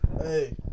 Hey